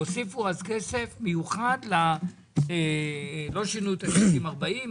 הוסיפו אז כסף מיוחד, לא שינו את ה-60-40.